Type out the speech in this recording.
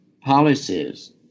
policies